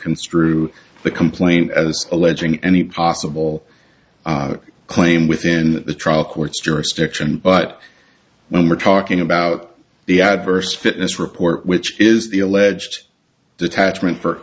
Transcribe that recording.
construe the complaint as alleging any possible claim within the trial court's jurisdiction but when we're talking about the adverse fitness report which is the alleged detachment for